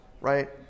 right